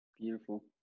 Beautiful